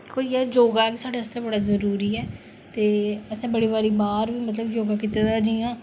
कोई जेह्ड़ा योगा एह साढ़े आस्तै बड़ा जरूरी ऐ ते असें बड़ी बारी बार बी योगा कीते दा ऐ इ'यां